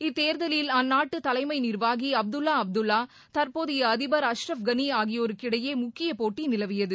இத்தேர்தலில் அந்நாட்டு தலைமை நிர்வாகி அப்துல்லா அப்துல்லா தற்போதைய அதிபர் அஷரப் கனி ஆகியோருக்கிடையே முக்கிய போட்டி நிலவியது